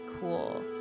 Cool